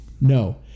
No